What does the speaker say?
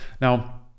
now